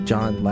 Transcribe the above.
John